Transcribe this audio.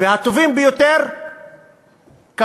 והטובים ביותר ביניהם,